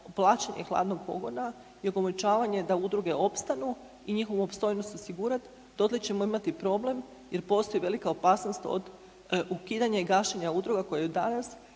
plaćanje hladnog pogona i omogućavanje da udruge opstanu i njihovu opstojnost osigurat dotle ćemo imati problem jer postoji velika opasnost od ukidanja i gašenja udruga koje danas